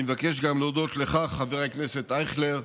אני מבקש גם להודות לך, חבר הכנסת אייכלר,